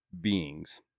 beings